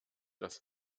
das